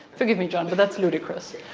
forgive me, john, but that's ludicrous.